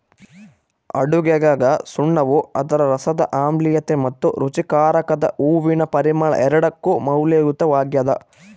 ಅಡುಗೆಗಸುಣ್ಣವು ಅದರ ರಸದ ಆಮ್ಲೀಯತೆ ಮತ್ತು ರುಚಿಕಾರಕದ ಹೂವಿನ ಪರಿಮಳ ಎರಡಕ್ಕೂ ಮೌಲ್ಯಯುತವಾಗ್ಯದ